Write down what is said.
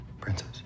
princess